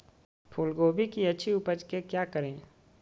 फूलगोभी की अच्छी उपज के क्या करे?